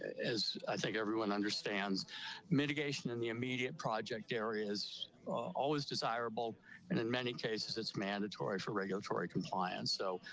as i think everyone understands mitigation in the immediate project areas always desirable and in many cases it's mandatory for regulatory compliance. so,